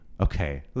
Okay